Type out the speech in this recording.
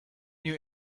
you